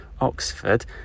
Oxford